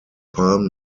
palm